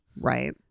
right